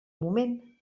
moment